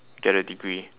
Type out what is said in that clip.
get a degree